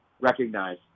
recognize